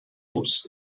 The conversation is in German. muss